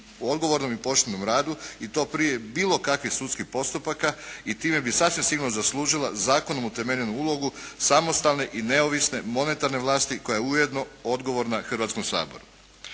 odgovornom i poštenom i to prije bilo kakvih sudskih postupaka i time bi sasvim sigurno zaslužila zakonom utemeljenu ulogu samostalne i neovisne monetarne vlasti koja je ujedno odgovorna Hrvatskom saboru.